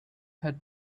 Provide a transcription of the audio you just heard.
had